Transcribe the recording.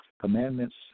Commandments